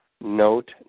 note